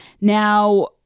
Now